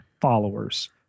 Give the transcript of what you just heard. followers